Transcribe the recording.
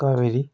Kaveri